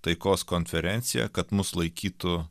taikos konferencija kad mus laikytų